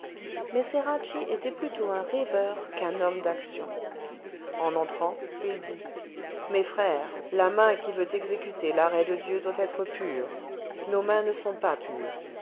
ceracchi était plutôt un rêveur qu'un homme d'action en entrant il dit mes frères la main qui veut exécuter l'arrêt de dieu doit être pure nos mains ne sont pas pures